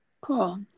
cool